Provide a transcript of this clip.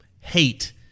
Hate